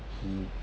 he